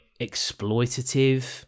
exploitative